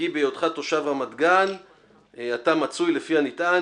כי בהיותך תושב רמת גן אתה מצוי לפי הנטען